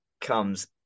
comes